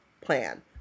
plan